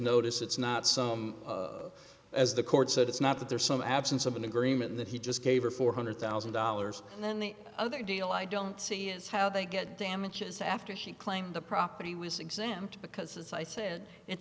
notice it's not some as the court said it's not that there's some absence of an agreement that he just gave her four hundred thousand dollars and then the other deal i don't see is how they get damages after she claimed the property was exempt because as i said it's